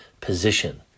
position